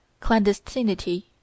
Clandestinity